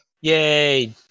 Yay